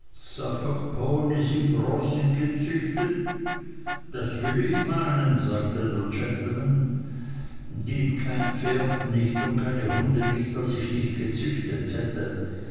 im großen gezüchtet das will ich meinen sagte der gentleman gibt kein pferd nicht und keine hunde nicht was ich nicht gezüchtet hätt